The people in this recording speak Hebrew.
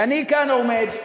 ואני כאן עומד,